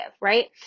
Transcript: right